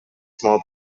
small